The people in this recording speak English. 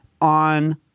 on –